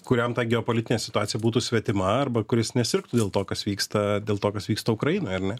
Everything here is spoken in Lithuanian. kuriam ta geopolitinė situacija būtų svetima arba kuris nesirgtų dėl to kas vyksta dėl to kas vyksta ukrainoj ar ne